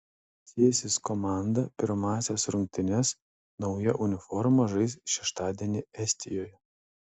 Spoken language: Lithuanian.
cėsis komanda pirmąsias rungtynes nauja uniforma žais šeštadienį estijoje